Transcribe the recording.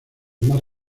más